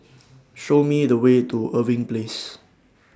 Show Me The Way to Irving Place